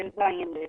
בין ז' ל-ט'.